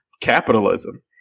capitalism